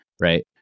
right